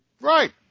Right